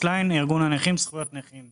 הנכים זכויות נכים.